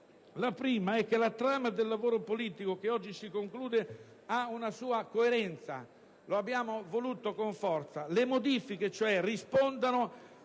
Il primo è che la trama del lavoro politico che oggi si conclude ha una sua coerenza: lo abbiamo voluto con forza. Le modifiche, cioè, rispondono